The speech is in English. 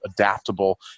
adaptable